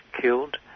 killed